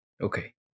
Okay